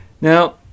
Now